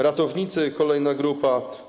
Ratownicy - kolejna grupa.